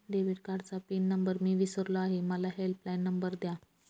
debit कार्डचा pin number मी विसरलो आहे मला हेल्पलाइन नंबर द्या